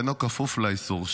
אינו כפוף לאיסור.